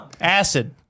Acid